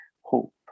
hope